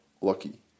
lucky